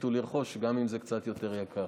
תחליטו לרכוש, גם אם זה קצת יותר יקר.